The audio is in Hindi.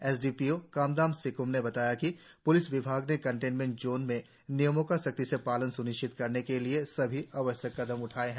S D P O Kamdam Sikom ने बताया है कि प्लिस विभाग ने कंटेनमेंट जोन में नियमों का सख्ती से पालन सुनिश्चित करने के लिए सभी आवश्यक कदम उठाया है